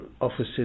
offices